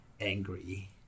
angry